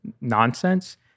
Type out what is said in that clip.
nonsense